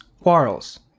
quarrels